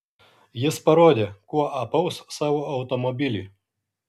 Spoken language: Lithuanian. jis parodė kuo apaus savo automobilį